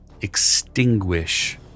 extinguish